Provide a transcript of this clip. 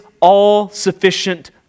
all-sufficient